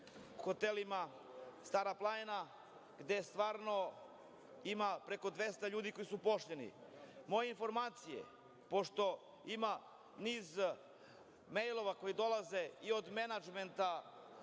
hotelu „Stara planina“, gde stvarno ima preko 200 ljudi koji su zaposleni. Moje informacije, pošto ima niz mejlova koji dolaze i od menadžmenta